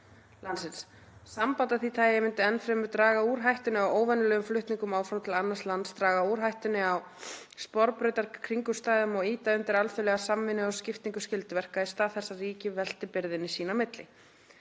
landsins. Samband af því tagi myndi ennfremur draga úr hættunni á óvenjulegum flutningum áfram til annars lands, draga úr hættunni á „sporbrautar“- kringumstæðum og ýta undir alþjóðlega samvinnu og skiptingu skylduverka í stað þess að ríki velti byrðinni sín á milli.“